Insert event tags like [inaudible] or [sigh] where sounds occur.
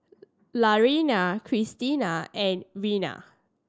Laraine [unintelligible] and Reina